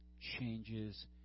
changes